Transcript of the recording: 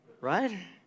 Right